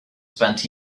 spent